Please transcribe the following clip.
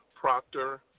proctor